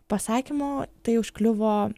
pasakymo tai užkliuvo